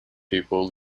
people